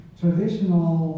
traditional